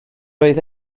oedd